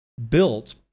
built